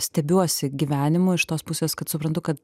stebiuosi gyvenimu iš tos pusės kad suprantu kad